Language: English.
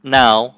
now